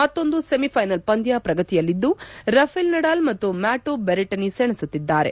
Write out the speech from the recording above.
ಮತ್ತೊಂದು semi final ಪಂದ್ಯ ಪ್ರಗತಿಯಲ್ಲಿದ್ದು ರಫೇಲ್ ನಡಾಲ್ ಮತ್ತು ಮ್ಯಾಟೊ ಬೆರೆಟನಿ ಸೆಣಸುತ್ತಿದ್ದಾರೆ